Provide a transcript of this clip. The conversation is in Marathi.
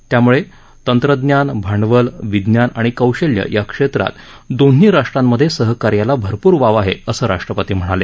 त्यामुळे तंत्रज्ञान भांडवल विज्ञान आणि कौशल्य या क्षेत्रात दोन्ही राष्ट्रांमध्ये सहकार्याला भरपूर वाव आहे असं राष्ट्रपती म्हणाले